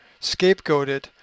scapegoated